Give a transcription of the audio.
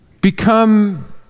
become